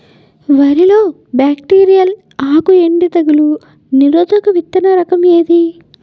వరి లో బ్యాక్టీరియల్ ఆకు ఎండు తెగులు నిరోధక విత్తన రకం ఏంటి?